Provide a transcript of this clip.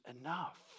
enough